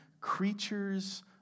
creatures